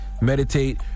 meditate